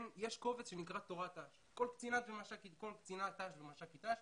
יש קובץ שנקרא "תורת ת"ש", כל קצינה ומש"קית ת"ש